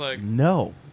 No